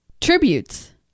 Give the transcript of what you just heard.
tributes